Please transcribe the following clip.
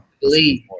believe